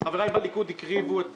חבריי בליכוד הקריבו את